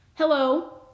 hello